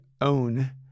own